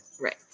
Right